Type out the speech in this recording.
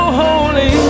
holy